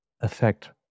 affect